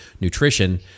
Nutrition